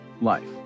life